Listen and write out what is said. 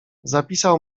zapisał